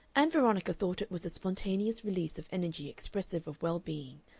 ann veronica thought it was a spontaneous release of energy expressive of well-being,